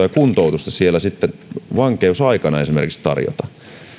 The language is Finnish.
ja kuntoutusta sitten vankeusaikana tarjota